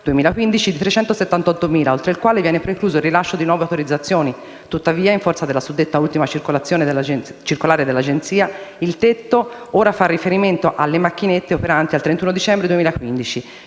2015 (378.000), oltre il quale viene precluso il rilascio di nuove autorizzazioni; tuttavia, in forza della suddetta ultima circolare dell'Agenzia, il tetto ora fa riferimento alle macchinette operanti al 31 dicembre 2015.